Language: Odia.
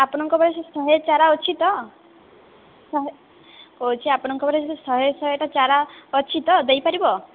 ଆପନଙ୍କ ପାଖେ ଶହେ ଚାରା ଅଛି ତ ଶହେ କହୁଛି ଆପନଙ୍କ ପାଖେ ଶହେ ଶହେଟା ଚାରା ଅଛି ତ ଦେଇପାରିବ